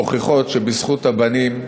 מוכיח שבזכות הבנים,